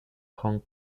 hong